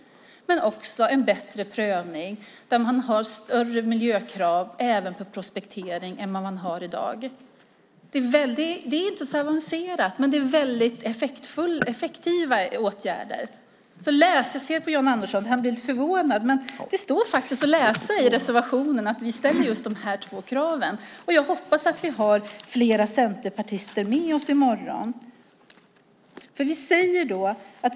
Men det handlar också om en bättre prövning, med större miljökrav även på prospektering, än vad som gäller i dag. Det är inte så avancerat, men det är väldigt effektiva åtgärder. Jag ser på Jan Andersson att han blir lite förvånad, men det står faktiskt att läsa i reservationen att vi ställer dessa två krav. Jag hoppas att vi har flera centerpartister med oss vid voteringen i morgon.